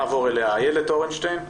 נעבור אליה איילת אורנשטיין.